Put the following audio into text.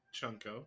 chunko